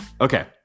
Okay